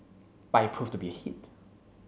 but he proved to be a hit